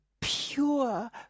pure